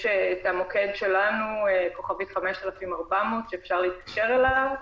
יש את המוקד שלנו, 5400*, שאפשר להתקשר אליו.